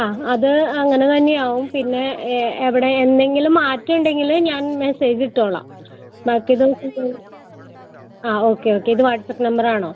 ആ അത് അങ്ങനെ തന്നെയാവും പിന്നെ എ എവിടെ എന്തെങ്കിലും മാറ്റം ഉണ്ടെങ്കിൽ ഞാൻ മെസ്സേജ് ഇട്ടോളാം ബാക്കി നമുക്ക് ആ ഓക്കെ ഓക്കെ ഇത് വാട്ട്സാപ്പ് നമ്പർ ആണോ